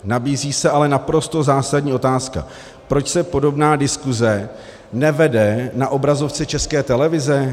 Nabízí se ale naprosto zásadní otázka: proč se podobná diskuse nevede na obrazovce České televize?